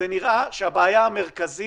נראה שהבעיה המרכזית